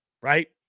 right